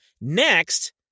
next